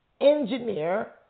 engineer